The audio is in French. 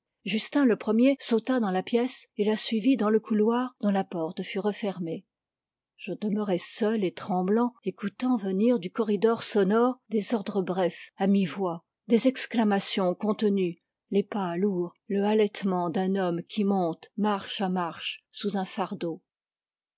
justin le premier sauta dans la pièce et la suivit dans le couloir dont la porte fut refermée je demeurai seul et tremblant écoutant venir du corridor sonore des ordres brefs à mi-voix des exclamations contenues les pas lourds le halètement d'un homme qui monte marche à marche sous un fardeau